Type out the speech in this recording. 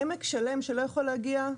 עמק שלם שלא יכול להגיע,